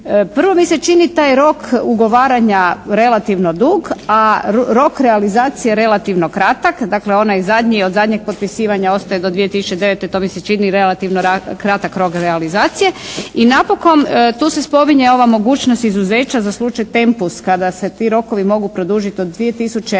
Prvo mi se čini taj rok ugovaranja relativno dug, a rok realizacije relativno kratak. Dakle, onaj zadnji od zadnjeg potpisivanja ostaje do 2009. To mi se čini relativno kratak rok realizacije. I napokon, tu se spominje ova mogućnost izuzeća za slučaj "Tempus" kada se ti rokovi mogu produžiti od 2011.,